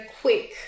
quick